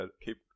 keep